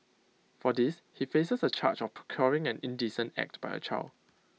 for this he faces A charge of procuring an indecent act by A child